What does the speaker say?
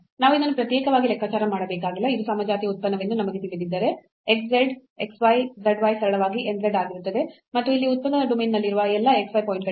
ನಾವು ಇದನ್ನು ಪ್ರತ್ಯೇಕವಾಗಿ ಲೆಕ್ಕಾಚಾರ ಮಾಡಬೇಕಾಗಿಲ್ಲ ಇದು ಸಮಜಾತೀಯ ಉತ್ಪನ್ನವೆಂದು ನಮಗೆ ತಿಳಿದಿದ್ದರೆ x z x y z y ಸರಳವಾಗಿ n z ಆಗಿರುತ್ತದೆ ಮತ್ತು ಇಲ್ಲಿ ಉತ್ಪನ್ನದ ಡೊಮೇನ್ನಲ್ಲಿರುವ ಎಲ್ಲಾ x y ಪಾಯಿಂಟ್ಗಳಿಗೆ